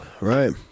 Right